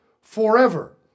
forever